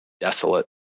desolate